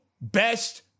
best